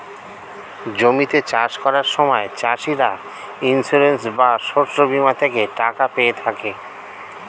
জমিতে চাষ করার সময় চাষিরা ইন্সিওরেন্স বা শস্য বীমা থেকে টাকা পেয়ে থাকে